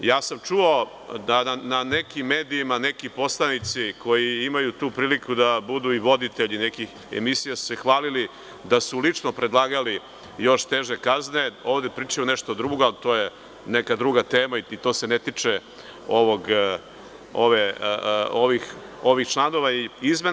Čuo sam na nekim medijima, da neki poslanici koji imaju tu priliku da budu i voditelji nekih emisija, su se hvalili da su lično predlagali još teže kazne, ovde pričaju nešto drugo, ali to je neka druga tema i to se ne tiče ovih članova izmena.